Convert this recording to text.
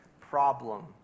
problem